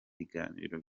biganiro